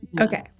Okay